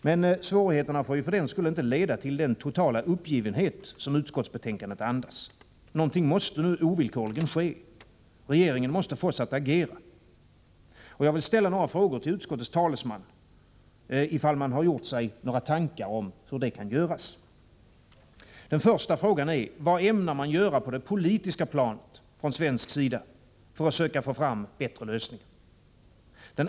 Men svårigheterna får för den skull inte leda till den totala uppgivenhet som utskottsbetänkandet andas. Någonting måste nu ovillkorligen ske. Regeringen måste fås att agera. Och jag vill ställa några frågor till utskottets talesman, om man gjort sig några tankar om hur det kan göras. Den första frågan är: Vad ämnar man göra på det politiska planet från svensk sida för att söka få fram bättre lösningar?